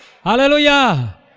Hallelujah